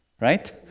right